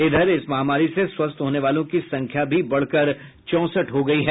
इधर इस महामारी से स्वस्थ होने वालों की संख्या भी बढ़कर चौसठ हो गयी है